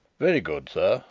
very good, sir,